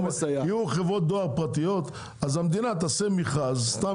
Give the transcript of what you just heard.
יהיו חברות דואר פרטיות והמדינה תעשה מכרז סתם